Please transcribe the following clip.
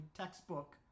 textbook